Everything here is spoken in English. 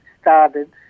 started